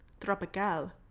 Tropical